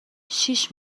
شیش